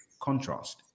contrast